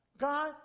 God